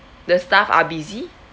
the staff are busy